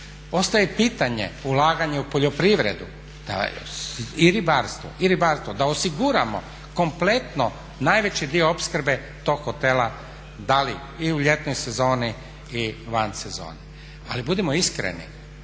Ostaje i pitanje ulaganja u poljoprivredu i ribarstvo, da osiguramo kompletno najveći dio opskrbe tog hotela da li i u ljetnoj sezoni i van sezone. Ali budimo iskreni,